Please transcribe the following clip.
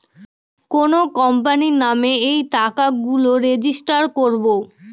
কোনো কোম্পানির নামে এই টাকা গুলো রেজিস্টার করবো